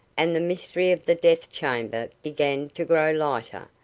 and the mystery of the death-chamber began to grow lighter,